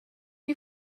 you